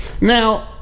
now